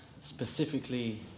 specifically